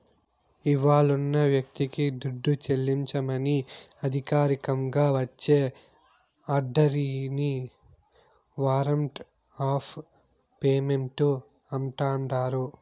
ఇవ్వాలున్న వ్యక్తికి దుడ్డు చెల్లించమని అధికారికంగా వచ్చే ఆర్డరిని వారంట్ ఆఫ్ పేమెంటు అంటాండారు